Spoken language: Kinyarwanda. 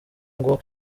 ngo